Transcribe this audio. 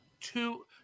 two